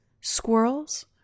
squirrels